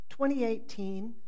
2018